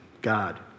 God